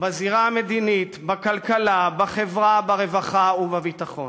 בזירה המדינית, בכלכלה, בחברה, ברווחה ובביטחון.